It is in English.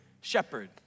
shepherd